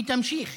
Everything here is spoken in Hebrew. היא תמשיך